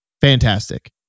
Fantastic